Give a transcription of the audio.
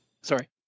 sorry